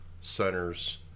centers